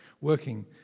working